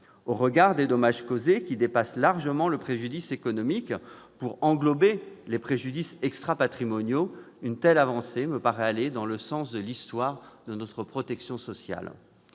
Au regard des dommages causés, qui dépassent largement le préjudice économique pour englober les préjudices extrapatrimoniaux, une telle avancée me paraît aller dans le sens de l'histoire de notre protection sociale.